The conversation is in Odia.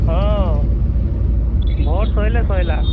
ହଁ ଭୋଟ୍ ସରିଲେ ସରିଲା